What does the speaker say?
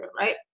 right